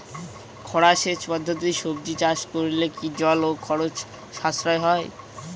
খরা সেচ পদ্ধতিতে সবজি চাষ করলে কি জল ও খরচ সাশ্রয় হয়?